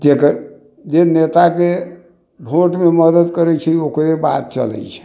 जकर जे नेताके वोटमे मदति करै छी ओकरे बात चलै छै